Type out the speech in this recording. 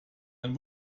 ein